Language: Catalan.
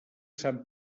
sant